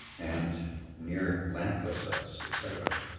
and near landfill sites, et cetera.